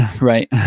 Right